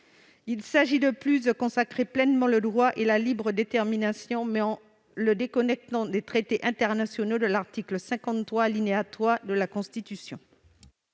Il s'agit, de plus, de consacrer pleinement le droit à la libre détermination, mais en le déconnectant des traités internationaux prévus à l'article 53, alinéa 3, de la Constitution.